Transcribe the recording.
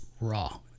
raw